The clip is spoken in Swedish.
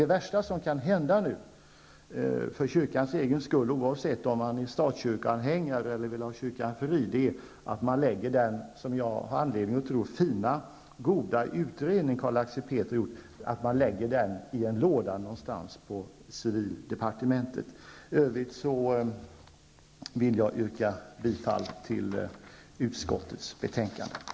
Det värsta som kan hända nu, för kyrkans egen skull, oavsett om man är statskyrkoanhängare eller vill ha kyrkan fri, är att man lägger den, som jag har anledning att tro, fina och goda utredning som Carl Axel Petri har gjort, i en låda på civildepartementet. I övrigt vill jag yrka bifall till utskottets hemställan i betänkandet.